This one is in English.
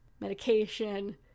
Medication